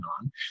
on